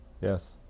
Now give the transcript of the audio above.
yes